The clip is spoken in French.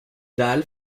dalle